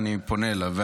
אני פונה אליו.